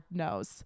knows